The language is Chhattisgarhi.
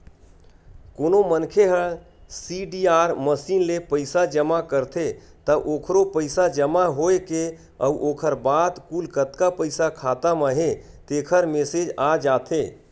कोनो मनखे ह सीडीआर मसीन ले पइसा जमा करथे त ओखरो पइसा जमा होए के अउ ओखर बाद कुल कतका पइसा खाता म हे तेखर मेसेज आ जाथे